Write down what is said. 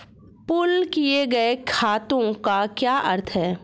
Pool किए गए खातों का क्या अर्थ है?